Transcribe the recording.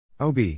OB